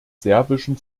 serbischen